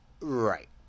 Right